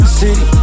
city